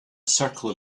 circle